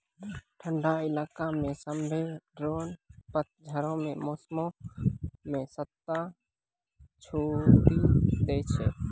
ठंडा इलाका मे सभ्भे ड्रोन पतझड़ो के मौसमो मे छत्ता छोड़ि दै छै